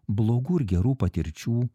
blogų ir gerų patirčių